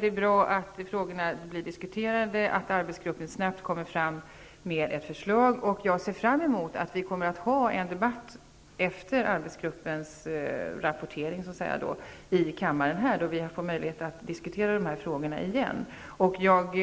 det är bra att frågorna blir diskuterade och att arbetsgruppen snabbt kommer fram till ett förslag. Och jag ser fram emot att vi efter arbetsgruppens rapportering får en debatt här i kammaren, då vi har möjlighet att diskutera dessa frågor igen.